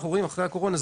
אחרי הקורונה,